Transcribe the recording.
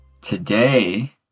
Today